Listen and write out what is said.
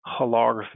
holography